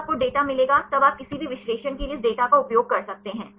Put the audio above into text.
अब आपको डेटा मिलेगा तब आप किसी भी विश्लेषण के लिए इस डेटा का उपयोग कर सकते हैं